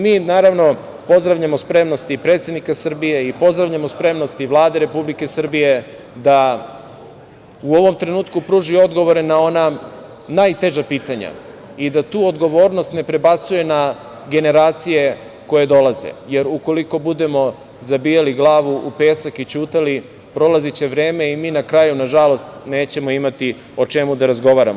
Mi, naravno, pozdravljamo spremnost i predsednika Srbije i pozdravljamo spremnost i Vlade Republike Srbije da u ovom trenutku pruži odgovore na ona najteža pitanja i da tu odgovornost ne prebacuje na generacije koje dolaze, jer ukoliko budemo zabijali glavu u pesak i ćutali, prolaziće vreme i mi na kraju, nažalost, nećemo imati o čemu da razgovaramo.